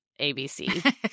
ABC